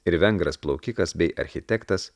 ir vengras plaukikas bei architektas